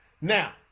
Now